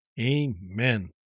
Amen